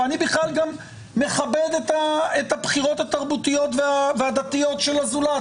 ואני בכלל מכבד את הבחירות התרבותיות והדתיות של הזולת,